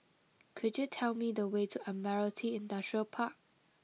could you tell me the way to Admiralty Industrial Park